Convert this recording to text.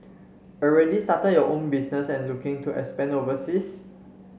already started your own business and looking to expand overseas